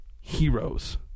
heroes